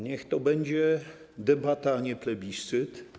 Niech to będzie debata, a nie plebiscyt.